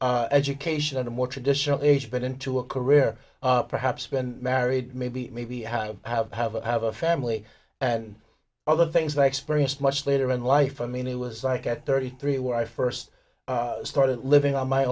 my education and a more traditional age put into a career perhaps been married maybe maybe i have have have a family and other things that i experienced much later in life i mean it was like at thirty three when i first started living on my